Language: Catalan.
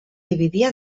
dividia